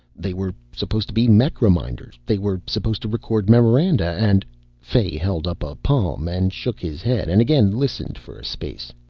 they were supposed to be mech reminders. they were supposed to record memoranda and fay held up a palm and shook his head and again listened for a space.